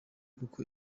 kuko